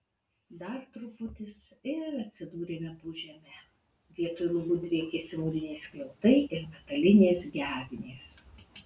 dar truputis ir atsidūrėme po žeme vietoj lubų driekėsi mūriniai skliautai ir metalinės gegnės